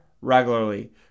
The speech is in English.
regularly